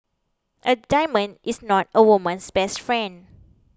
a diamond is not a woman's best friend